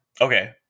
Okay